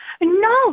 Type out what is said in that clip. No